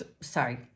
sorry